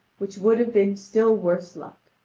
which would have been still worse luck.